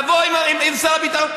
לעבוד עם שר הביטחון.